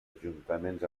ajuntaments